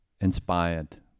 inspired